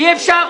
אי אפשר?